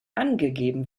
angegeben